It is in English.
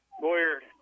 Boyer